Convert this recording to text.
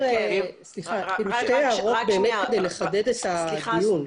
שתי הערות כדי לחדד את הדיון.